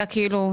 כן.